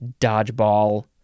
Dodgeball